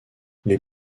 les